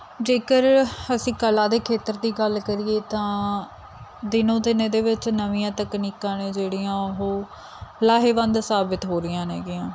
ਜੇਕਰ ਅਸੀਂ ਕਲਾ ਦੇ ਖੇਤਰ ਦੀ ਗੱਲ ਕਰੀਏ ਤਾਂ ਦਿਨੋਂ ਦਿਨ ਇਹਦੇ ਵਿੱਚ ਨਵੀਆਂ ਤਕਨੀਕਾਂ ਨੇ ਜਿਹੜੀਆਂ ਉਹ ਲਾਹੇਵੰਦ ਸਾਬਤ ਹੋ ਰਹੀਆਂ ਨੇਗੀਆਂ